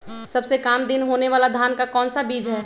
सबसे काम दिन होने वाला धान का कौन सा बीज हैँ?